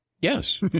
Yes